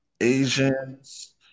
Asians